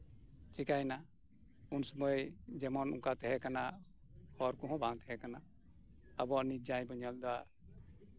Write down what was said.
ᱪᱤᱠᱟᱹᱭᱮᱱᱟ ᱩᱱᱥᱳᱢᱳᱭ ᱡᱮᱢᱚᱱ ᱚᱱᱠᱟ ᱛᱟᱦᱮᱸ ᱠᱟᱱᱟ ᱦᱚᱨ ᱠᱚᱸᱦᱚᱸ ᱵᱟᱝ ᱛᱟᱦᱮᱸ ᱠᱟᱱᱟ ᱟᱵᱚᱣᱟᱜ ᱱᱤᱛ ᱡᱟᱦᱟᱭ ᱵᱚᱱ ᱧᱮᱞ ᱮᱫᱟ